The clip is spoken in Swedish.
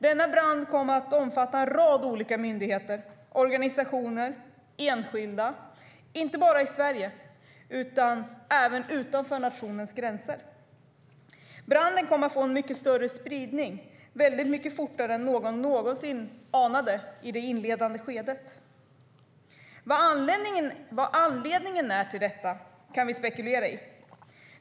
Denna brand kom att omfatta insatser från en rad myndigheter, organisationer och enskilda inte bara i Sverige utan även utanför nationens gränser. Branden kom att få en mycket större spridning fortare än någon någonsin anade i det inledande skedet. Vad anledningen är till denna spridning kan vi spekulera i.